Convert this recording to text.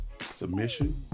submission